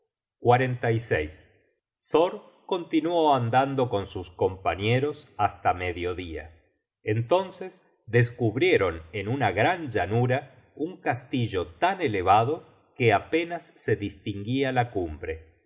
search generated at thor continuó andando con sus compañeros hasta medio dia entonces descubrieron en una gran llanura un castillo tan elevado que apenas se distinguia la cumbre